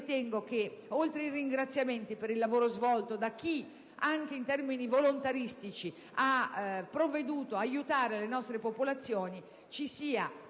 Ritengo che, oltre ai ringraziamenti per il lavoro svolto da chi, anche in termini volontaristici, ha provveduto ad aiutare le nostre popolazioni, ci siano